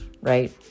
right